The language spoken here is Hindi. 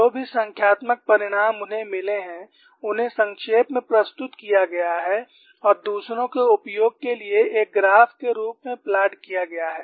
जो भी संख्यात्मक परिणाम उन्हें मिले हैं उन्हें संक्षेप में प्रस्तुत किया गया है और दूसरों के उपयोग के लिए एक ग्राफ के रूप में प्लॉट किया गया है